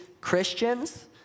Christians